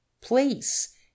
place